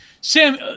Sam